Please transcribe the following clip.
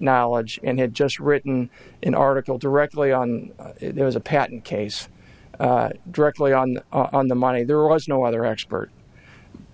knowledge and had just written an article directly on there was a patent case directly on on the money there was no other expert